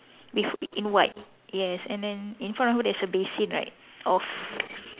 with in white yes and then in front of her there's a basin right of